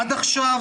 עד עכשיו